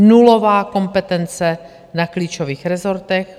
Nulová kompetence na klíčových rezortech.